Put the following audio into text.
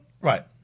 Right